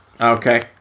Okay